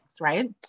right